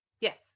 Yes